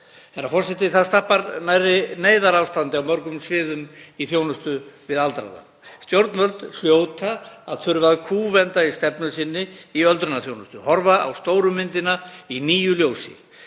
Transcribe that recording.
Það stappar nærri neyðarástandi á mörgum sviðum í þjónustu við aldraða. Stjórnvöld hljóta að þurfa að kúvenda í stefnu sinni í öldrunarþjónustu, horfa á stóru myndina í nýju ljósi.